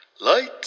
Lights